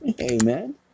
amen